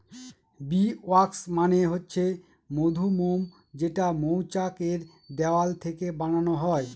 bee wax মানে হচ্ছে মধুমোম যেটা মৌচাক এর দেওয়াল থেকে বানানো হয়